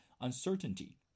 uncertainty